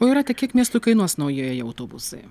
o jūrate kiek miestui kainuos naujieji autobusai